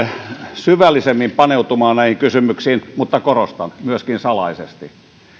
syvällisemmin paneutumaan näihin kysymyksiin mutta korostan myöskin salaisesti